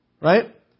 Right